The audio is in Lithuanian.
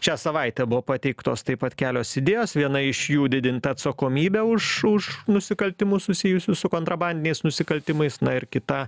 šią savaitę buvo pateiktos taip pat kelios idėjos viena iš jų didint atsakomybę už už nusikaltimus susijusius su kontrabandiniais nusikaltimais na ir kita